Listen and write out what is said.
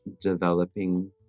developing